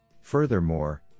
Furthermore